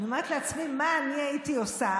אני אומרת לעצמי מה אני הייתי עושה